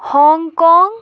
Hong Kong